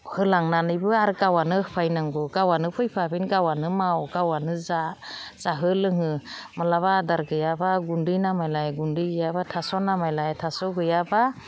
होलांनानैबो आरो गावआनो होफैनांगौ गावआनो फैफाफिन गावआनो माव गावआनो जा जाहो लोंहो माब्लाबा आदार गैयाबा गुन्दै नामायलाय गुन्दै गैयाबा थास' नामायलाय थास' गैयाबा